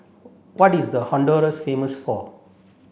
what is Honduras famous for